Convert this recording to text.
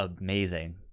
amazing